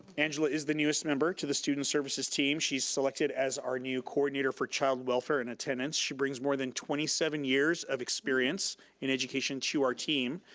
angela is the newest member to the student services team. she's selected as our new coordinator for child welfare and attendance. she brings more than twenty seven years of experience in education to our team.